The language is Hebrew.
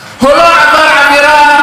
הוא לא עבר עבירה שיש עימה קלון,